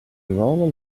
roll